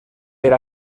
per